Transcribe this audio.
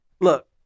look